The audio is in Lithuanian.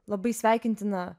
labai sveikintina